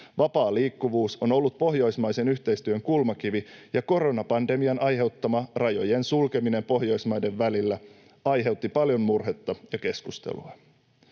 Vapaa liikkuvuus on ollut pohjoismaisen yhteistyön kulmakivi, ja koronapandemian aiheuttama rajojen sulkeminen Pohjoismaiden välillä aiheutti paljon murhetta ja keskustelua.